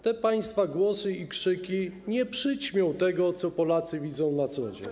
Te państwa głosy i krzyki nie przyćmią tego, co Polacy widzą na co dzień.